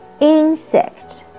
insect